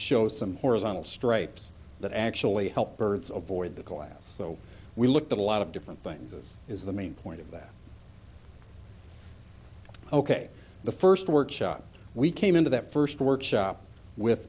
show some horizontal stripes that actually help birds avoid the collapse so we looked at a lot of different things this is the main point of that ok the first workshop we came into that first workshop with